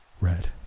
Red